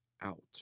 out